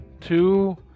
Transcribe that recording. two